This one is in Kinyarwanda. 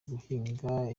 guhinga